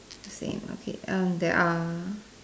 same okay err there are